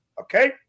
Okay